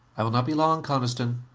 i will not be long, coniston.